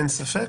אין ספק,